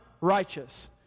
righteous